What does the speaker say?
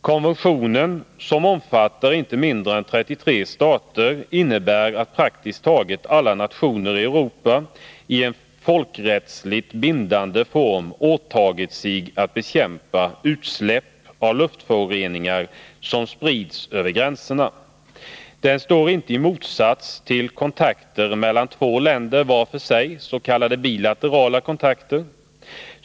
Konventionen, som omfattar inte mindre än 33 stater, innebär att praktiskt taget alla nationer i Europa i en folkrättsligt bindande form åtagit sig att bekämpa utsläpp av luftföroreningar som sprids över gränserna. Den står inte i motsats till kontakter mellan två länder var för sig, s.k. bilaterala kontakter.